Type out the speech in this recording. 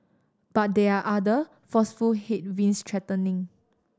but there are other forceful headwinds threatening